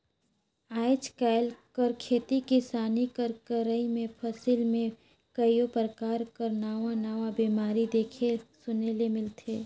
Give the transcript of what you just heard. आएज काएल कर खेती किसानी कर करई में फसिल में कइयो परकार कर नावा नावा बेमारी देखे सुने ले मिलथे